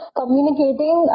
communicating